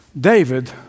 David